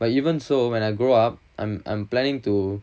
but even so when I grow up I'm I'm planning to